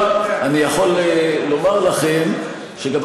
בתוך 48 שעות.